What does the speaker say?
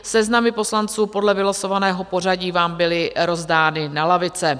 Seznamy poslanců podle vylosovaného pořadí vám byly rozdány na lavice.